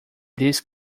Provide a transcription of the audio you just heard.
this